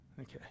Okay